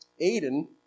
Aiden